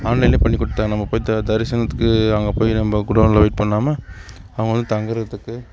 ஆன்லைன்லையே பண்ணி கொடுத்துட்டாங்க நம்ம போய் த தரிசனத்துக்கு அங்கே போய் நம்ம குடோன்ல வெய்ட் பண்ணாமல் அவங்களே தங்குறத்துக்கு